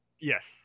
yes